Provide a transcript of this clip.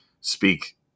speak